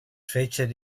featured